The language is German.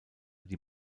die